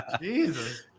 Jesus